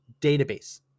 database